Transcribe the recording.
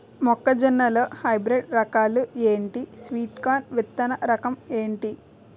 మొక్క జొన్న లో హైబ్రిడ్ రకాలు ఎంటి? స్వీట్ కార్న్ విత్తన రకం ఏంటి?